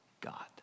God